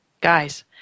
guys